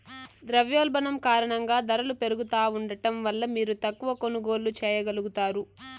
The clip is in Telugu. ద్రవ్యోల్బణం కారణంగా దరలు పెరుగుతా ఉండడం వల్ల మీరు తక్కవ కొనుగోల్లు చేయగలుగుతారు